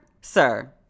sir